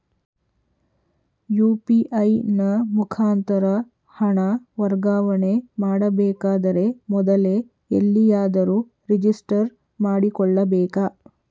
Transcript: UPI ನ ಮುಖಾಂತರ ಹಣ ವರ್ಗಾವಣೆ ಮಾಡಬೇಕಾದರೆ ಮೊದಲೇ ಎಲ್ಲಿಯಾದರೂ ರಿಜಿಸ್ಟರ್ ಮಾಡಿಕೊಳ್ಳಬೇಕಾ?